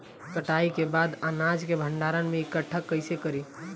कटाई के बाद अनाज के भंडारण में इकठ्ठा कइसे करी?